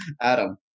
Adam